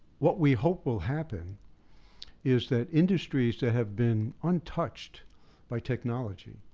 what we hope will happen is that industries that have been untouched by technology,